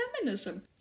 feminism